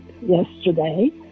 yesterday